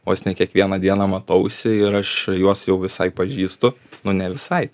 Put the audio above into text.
vos ne kiekvieną dieną matausi ir aš juos jau visai pažįstu nu ne visai